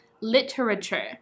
literature